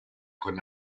con